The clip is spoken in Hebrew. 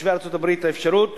לתושבי ארצות-הברית את האפשרות